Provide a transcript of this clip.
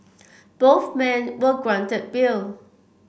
both men were granted bail